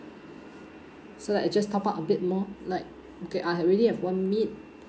so that I just top up a bit more like okay I ha~ already have one meat